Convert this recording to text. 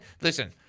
listen